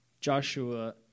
Joshua